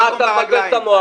מה אתה מבלבל את המוח?